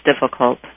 difficult